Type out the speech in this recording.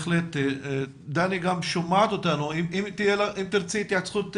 דני גם שומעת אותנו, אם תרצי התייחסות קצרה.